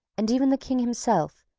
and even the king himself,